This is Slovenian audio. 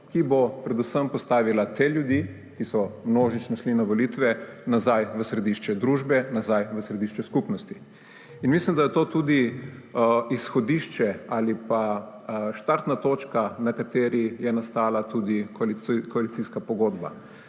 ki bo predvsem postavila te ljudi, ki so množično šli na volitve, nazaj v središče družbe, nazaj v središče skupnosti. Mislim, da je to tudi izhodišče ali štartna točka, na kateri je nastala koalicijska pogodba.